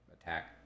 attack